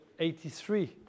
83